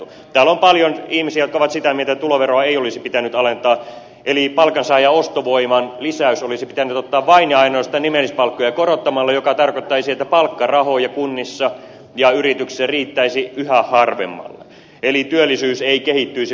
täällä on paljon ihmisiä jotka ovat sitä mieltä että tuloveroa ei olisi pitänyt alentaa eli palkansaajan ostovoiman lisäys olisi pitänyt ottaa vain ja ainoastaan nimellispalkkoja korottamalla mikä tarkoittaisi että palkkarahoja kunnissa ja yrityksissä riittäisi yhä harvemmalle eli työllisyys ei kehittyisi positiivisesti